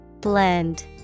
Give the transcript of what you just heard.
Blend